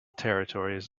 territories